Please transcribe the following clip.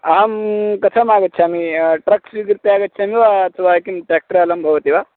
अहं कथम् आगच्छामि ट्रक् स्वीकृत्य आगच्छामि वा अथवा किं ट्रेक्ट्र् अलं भवति वा